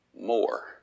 more